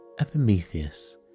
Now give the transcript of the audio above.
Epimetheus